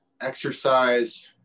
exercise